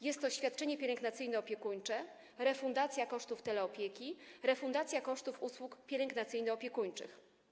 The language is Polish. Jest to świadczenie pielęgnacyjno-opiekuńcze, refundacja kosztów teleopieki, refundacja kosztów usług pielęgnacyjno-opiekuńczych.